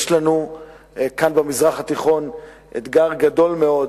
יש לנו כאן במזרח התיכון אתגר גדול מאוד,